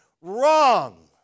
Wrong